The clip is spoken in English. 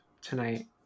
tonight